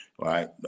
Right